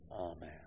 Amen